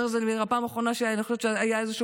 הפעם האחרונה שאני חושבת שהיה איזשהו